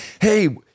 Hey